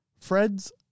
Fred's